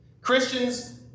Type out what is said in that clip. Christians